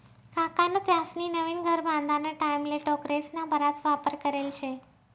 काकान त्यास्नी नवीन घर बांधाना टाईमले टोकरेस्ना बराच वापर करेल शे